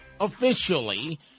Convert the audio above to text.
officially